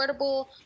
affordable